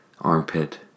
armpit